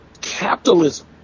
capitalism